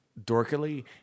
dorkily